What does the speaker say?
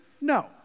No